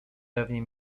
pewnie